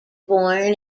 born